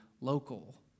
local